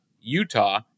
Utah